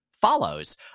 follows